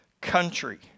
country